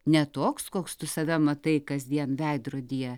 ne toks koks tu save matai kasdien veidrodyje